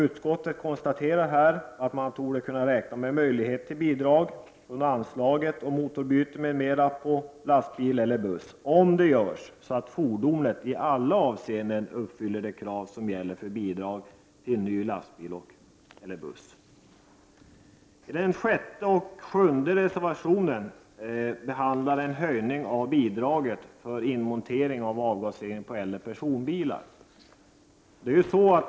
Utskottet konstaterar här att man torde kunna räkna med möjligheter till bidrag från anslaget till motorbyte m.m. på lastbil eller buss, om bytet görs så att fordonet i alla avseenden uppfyller de krav som gäller för bidrag till ny lastbil eller buss. De sjätte och sjunde reservationerna handlar om höjning av bidraget för inmontering av avgasrening på äldre personbilar.